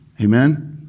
Amen